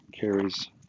Carrie's